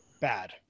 bad